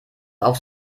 auf